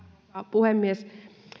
puhemies